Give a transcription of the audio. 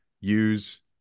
use